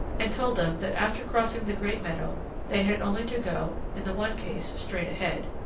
and told them that after crossing the great meadow they had only to go, in the one case straight ahead,